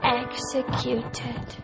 executed